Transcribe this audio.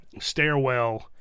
stairwell